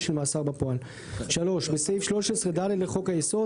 של מאסר בפועל." 3.בסעיף 13(ד) לחוק היסוד,